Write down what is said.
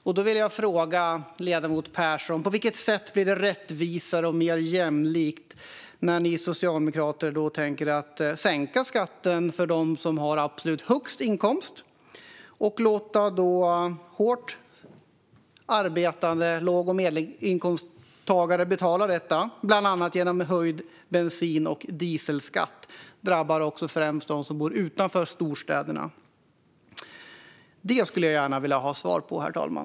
Jag vill därför fråga ledamoten Persson: På vilket sätt blir det rättvisare och mer jämlikt när ni socialdemokrater tänker sänka skatten för dem som har absolut högst inkomst och låta hårt arbetande låg och medelinkomsttagare betala detta, bland annat genom höjd bensin och dieselskatt? Det drabbar också främst dem som bor utanför storstäderna. Detta skulle jag gärna vilja ha svar på, herr talman.